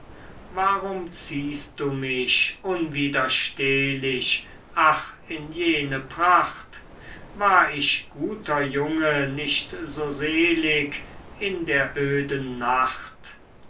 warum ziehst du mich unwiderstehlich ach in jene pracht war ich guter junge nicht so selig in der öden nacht